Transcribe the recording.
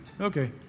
okay